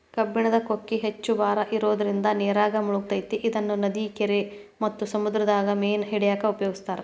ಕಬ್ಬಣದ ಕೊಕ್ಕಿ ಹೆಚ್ಚ್ ಭಾರ ಇರೋದ್ರಿಂದ ನೇರಾಗ ಮುಳಗತೆತಿ ಇದನ್ನ ನದಿ, ಕೆರಿ ಮತ್ತ ಸಮುದ್ರದಾಗ ಮೇನ ಹಿಡ್ಯಾಕ ಉಪಯೋಗಿಸ್ತಾರ